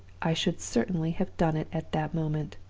i should certainly have done it at that moment.